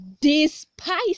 despise